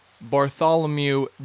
Bartholomew